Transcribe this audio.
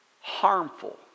Harmful